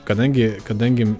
kadangi kadangi